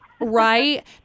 right